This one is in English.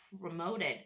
promoted